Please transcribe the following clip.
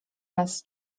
nas